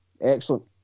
Excellent